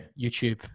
YouTube